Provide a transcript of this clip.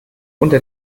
unter